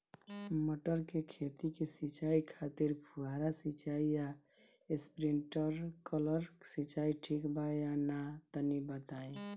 मटर के खेती के सिचाई खातिर फुहारा सिंचाई या स्प्रिंकलर सिंचाई ठीक बा या ना तनि बताई?